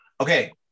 okay